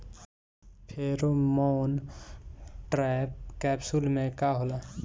Pheromone trap capsule में का होला?